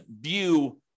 view